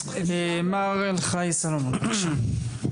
מר אלחי סלומון, בבקשה.